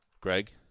Greg